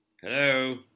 Hello